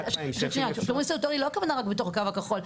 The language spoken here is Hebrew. פירוש הדברים היא שלא הכוונה רק לתוך הקו הכחול,